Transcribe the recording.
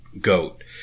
Goat